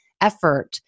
effort